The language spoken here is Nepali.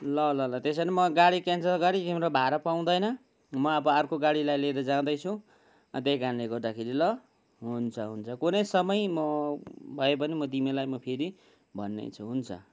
ल ल ल त्यसो भने म गाडी क्यान्सल गरी तिम्रो भाडा पाउँदैन म अब अर्को गाडीलाई लिएर जादैँछु त्यै कारणले गर्दाखेरि ल हुन्छ हुन्छ कुनै समय म भए भने म तिमीलाई म फेरि भन्ने छु हुन्छ